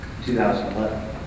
2011